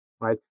Right